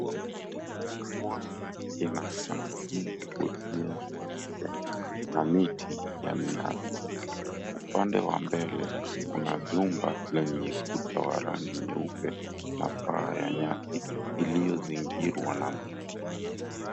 Pwani una mchanga mingi ulio mweupe na miti ya minazi. Upande wa mbele, kuna jumba lenye kuta wenye rangi nyeupe na paa ya nyasi iliyozingirwa na miti.